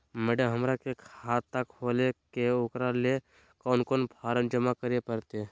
Madam, हमरा के खाता खोले के है उकरा ले कौन कौन फारम जमा करे परते?